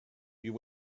you